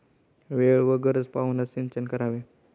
वेळ व गरज पाहूनच सिंचन करावे